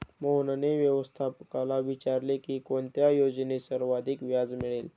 मोहनने व्यवस्थापकाला विचारले की कोणत्या योजनेत सर्वाधिक व्याज मिळेल?